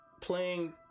playing